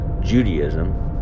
judaism